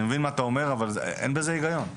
אני מבין מה אתה אומר אבל אין בזה היגיון.